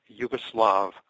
Yugoslav